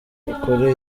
kuri